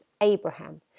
Abraham